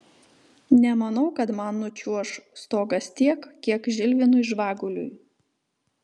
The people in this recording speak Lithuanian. nemanau kad man nučiuoš stogas tiek kiek žilvinui žvaguliui